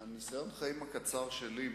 למה אנחנו לא לוקחים את המסקנות שלנו מחוק המל"ל,